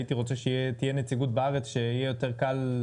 הייתי רוצה שתהיה נציגות בארץ שיהיה יותר קל,